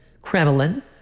Kremlin